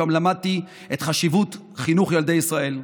שם למדתי את חשיבות חינוך ילדי ישראל.